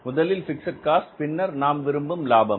முதலில் fixed cost பின்னர் நாம் விரும்பும் லாபம்